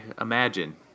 Imagine